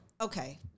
okay